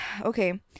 okay